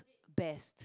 best